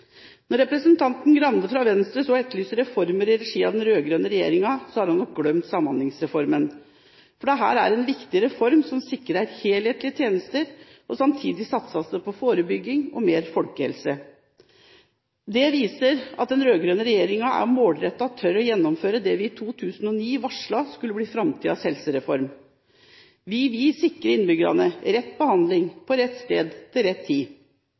Når representanten Skei Grande fra Venstre så etterlyser reformer i regi av den rød-grønne regjeringen, har hun nok glemt Samhandlingsreformen, for dette er en viktig reform som sikrer helhetlige tjenester. Samtidig satses det på forebygging og mer folkehelse. Dette viser at den rød-grønne regjeringen er målrettet og tør gjennomføre det vi i 2009 varslet skulle bli framtidens helsereform. Vi vil sikre innbyggerne rett behandling på rett sted til rett tid.